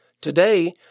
Today